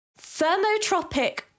thermotropic